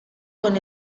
con